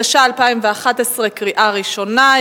התשע"א 2011, קריאה ראשונה.